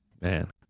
man